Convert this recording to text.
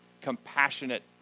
compassionate